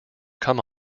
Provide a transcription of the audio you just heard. come